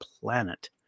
planet